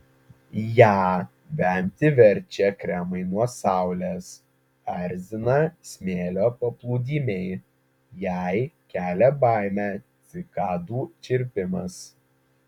ją vemti verčia kremai nuo saulės erzina smėlio paplūdimiai jai kelia baimę cikadų čirpimas